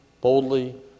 boldly